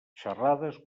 xerrades